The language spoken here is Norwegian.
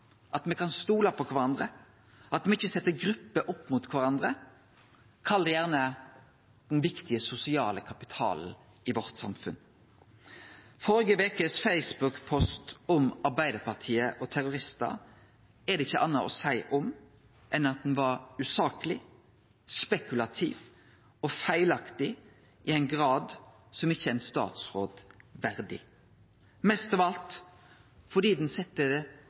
at me kan stole på kvarandre, at me ikkje set grupper opp mot kvarandre – kall det gjerne den viktige sosiale kapitalen i samfunnet vårt. Facebook-posten i førre veke om Arbeidarpartiet og terroristar er det ikkje anna å seie om enn at han var usakleg, spekulativ og feilaktig i ein grad som ikkje er ein statsråd verdig, mest av alt fordi han set den viktigaste norske verdien, tillit, under press. Det